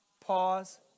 Pause